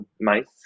mice